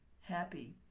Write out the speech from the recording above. happy